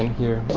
here.